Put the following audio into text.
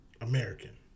American